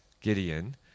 Gideon